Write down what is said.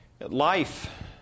Life